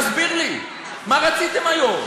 תסביר לי, מה רציתם היום?